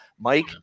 Mike